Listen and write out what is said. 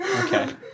Okay